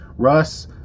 Russ